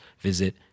visit